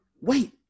wait